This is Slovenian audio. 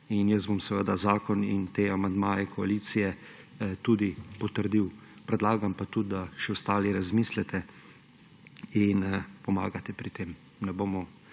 Jaz bom zakon in te amandmaje koalicije tudi potrdil. Predlagam pa tudi, da še ostali razmislite in pomagate pri tem.